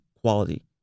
quality